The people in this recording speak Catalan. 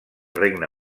regne